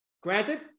Granted